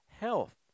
health